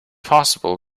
possible